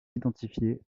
identifié